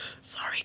sorry